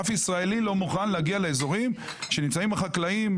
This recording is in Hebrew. אף ישראלי לא מוכן להגיע לאזורים שבהם נמצאים החקלאים,